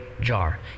jar